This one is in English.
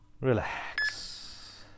Relax